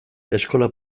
eskola